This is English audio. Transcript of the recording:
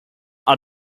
are